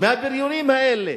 מהבריונים האלה,